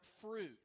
fruit